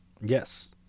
Yes